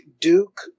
Duke